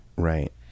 Right